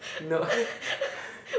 no